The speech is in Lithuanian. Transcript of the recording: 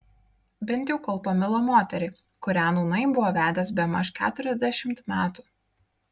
bent jau kol pamilo moterį kurią nūnai buvo vedęs bemaž keturiasdešimt metų